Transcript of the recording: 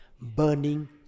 burning